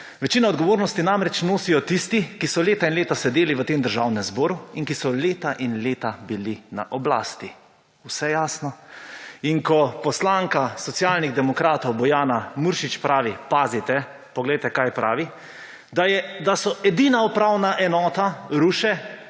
Večino odgovornosti namreč nosijo tisti, ki so leta in leta sedeli v Državnem zboru in ki so leta i leta bili na oblasti. Vse jasno? In ko poslanka Socialnih demokratov Bojana Muršič pravi, pazite, poglejte kaj pravi, da so edina upravna enota Ruše,